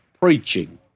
preaching